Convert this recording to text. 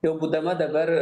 jau būdama dabar